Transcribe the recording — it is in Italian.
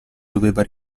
doveva